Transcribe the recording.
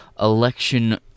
election